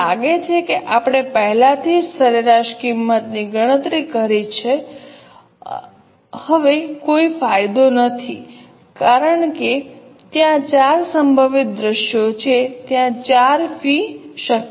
મને લાગે છે કે આપણે પહેલાથી જ સરેરાશ કિંમતની ગણતરી કરી છે હવે કોઈ ફાયદો થશે નહીં ત્યાં 4 સંભવિત દૃશ્યો છે ત્યાં 4 ફી શક્ય છે